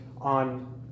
on